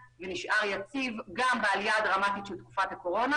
ויציב גם בעלייה הדרמטית של תקופת הקורונה.